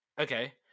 Okay